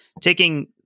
taking